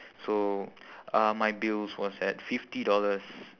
so uh my bills was at fifty dollars